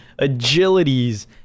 Agilities